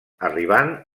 arribant